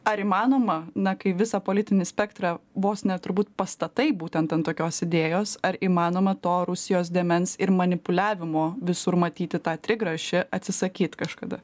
ar įmanoma na kai visą politinį spektrą vos ne turbūt pastatai būtent ant tokios idėjos ar įmanoma to rusijos dėmens ir manipuliavimo visur matyti tą trigrašį atsisakyt kažkada